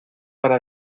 para